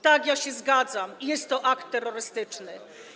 Tak, ja się zgadzam: jest to akt terrorystyczny.